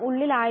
75 x 104 ആണ്